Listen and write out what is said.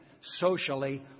socially